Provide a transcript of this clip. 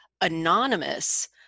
anonymous